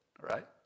right